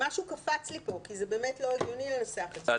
משהו קפץ לי פה כי זה באמת לא הגיוני לנסח את זה ככה.